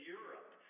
Europe